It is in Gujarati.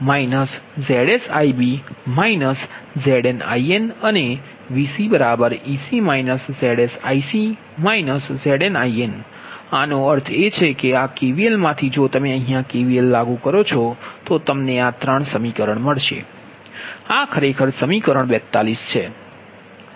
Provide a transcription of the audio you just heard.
VbEb ZsIb ZnIn અને VcEc ZsIc ZnIn આનો અર્થ એ છે કે આ KVL માંથી જો તમે અહીયા KVL લાગુ કરો છો તો તમને આ 3 સમીકરણ મળશે આ ખરેખર સમીકરણ 42 છે